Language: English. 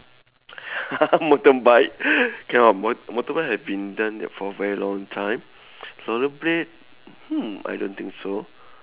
motorbike cannot mot~ motorbike had been done for a very long time roller blade hmm I don't think so